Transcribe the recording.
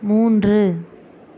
மூன்று